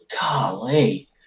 golly